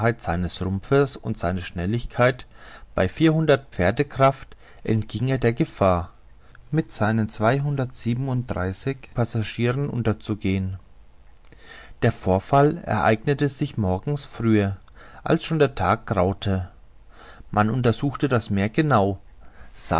seines rumpfes und seine schnelligkeit bei vierhundert pferdekraft entging er der gefahr mit seinen zweihundertsiebenunddreißig passagieren unterzugehen der vorfall ereignete sich morgens frühe als schon der tag graute man untersuchte das meer